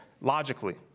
logically